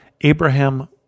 Abraham